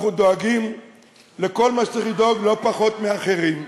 אנחנו דואגים לכל מה שצריך לדאוג לא פחות מאחרים,